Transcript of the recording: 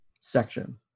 section